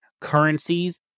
currencies